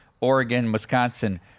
Oregon-Wisconsin